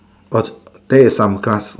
but there is some grass